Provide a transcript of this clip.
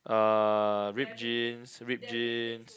uh ripped jeans ripped jeans